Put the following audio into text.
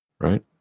Right